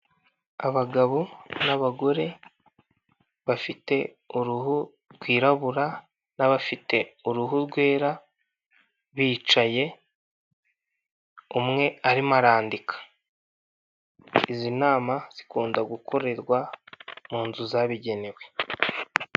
Abagabo n'abagore bafite uruhu rwirabura n'abafite uruhu rwera bicaye umwe arimo arandika, izi nama zikunda gukorerwa mu nzu zabigenewe.